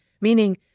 Meaning